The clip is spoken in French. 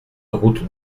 route